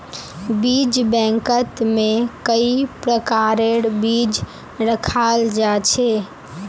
बीज बैंकत में कई प्रकारेर बीज रखाल जा छे